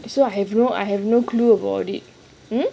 so I have no I have no clue about it